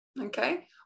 okay